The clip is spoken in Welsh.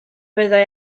byddai